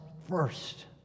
first